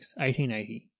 1880